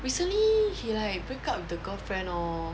recently he like break up with the girlfriend orh